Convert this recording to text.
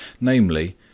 Namely